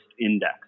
index